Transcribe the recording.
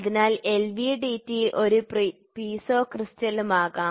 അതിനാൽ എൽവിഡിടി ഒരു പീസോ ക്രിസ്റ്റലും ആകാം